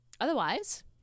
otherwise